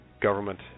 government